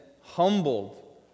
humbled